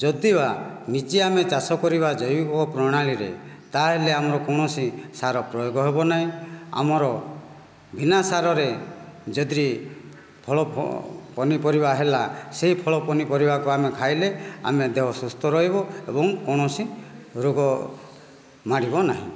ଯଦିବା ନିଜେ ଆମେ ଚାଷ କରିବା ଜୈବିକ ପ୍ରଣାଳୀରେ ତା'ହେଲେ ଆମର କୌଣସି ସାର ପ୍ରୟୋଗ ହେବ ନାହିଁ ଆମର ବିନା ସାରରେ ଯଦି ଫଳ ପନିପରିବା ହେଲା ସେହି ଫଳ ପନିପରିବାକୁ ଆମେ ଖାଇଲେ ଆମେ ଦେହ ସୁସ୍ଥ ରହିବ ଏବଂ କୌଣସି ରୋଗ ମାଡ଼ିବନାହିଁ